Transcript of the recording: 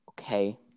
Okay